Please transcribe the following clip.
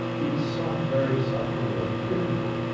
in some very subtle way, critical.